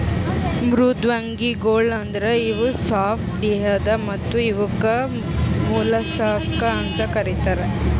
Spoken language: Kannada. ಮೃದ್ವಂಗಿಗೊಳ್ ಅಂದುರ್ ಇವು ಸಾಪ್ ದೇಹದ್ ಮತ್ತ ಇವುಕ್ ಮೊಲಸ್ಕಾ ಅಂತ್ ಕರಿತಾರ್